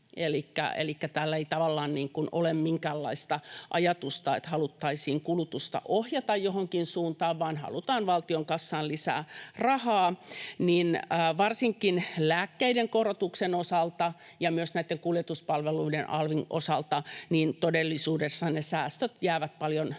niin kuin ole minkäänlaista ajatusta, että haluttaisiin kulutusta ohjata johonkin suuntaan, vaan halutaan valtion kassaan lisää rahaa — mutta varsinkin lääkkeiden korotuksen osalta ja myös näitten kuljetuspalveluiden alvin osalta ne säästöt todellisuudessa jäävät paljon